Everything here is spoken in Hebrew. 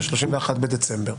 מה-31 בדצמבר.